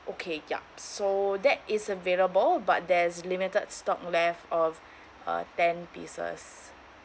okay yup so that is available but there's limited stock left of uh ten pieces